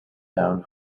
down